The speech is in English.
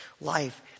life